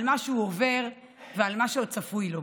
על מה שהוא עובר ועל מה שצפוי לו.